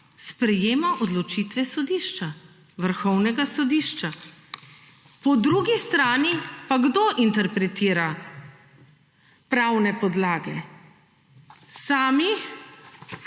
sprejema odločitve sodišča, vrhovnega sodišča. Po drugi strani pa kdo interpretira pravne podlage? Sami